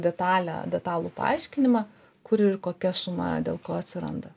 detalią detalų paaiškinimą kur ir kokia suma dėl ko atsiranda